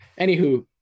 Anywho